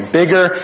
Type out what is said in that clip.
bigger